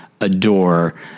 adore